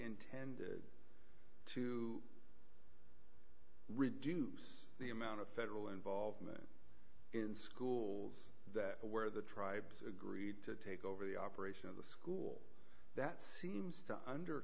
intends to reduce the amount of federal involvement in schools where the tribes agreed to take over the operation of the school that seems to under